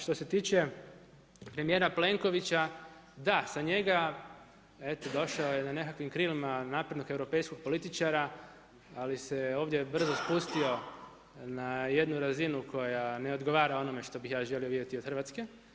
Što se tiče premijera Plenkovića da, za njega eto došao je na nekakvim krilima naprednog europejskog političara ali se ovdje brzo spustio na jednu razinu koja ne odgovara onome što bih ja želio vidjeti od Hrvatske.